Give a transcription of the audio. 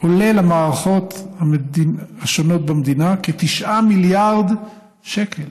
עולה למערכות השונות במדינה כ-9 מיליארד שקל